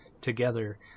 together